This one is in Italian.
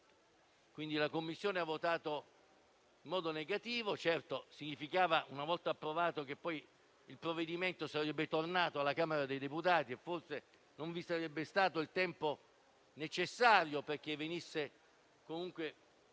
quindi la Commissione ha votato in modo negativo. Certo, una volta approvato, significava che il provvedimento sarebbe tornato alla Camera dei deputati e forse non vi sarebbe stato il tempo necessario perché venisse promulgata